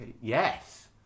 Yes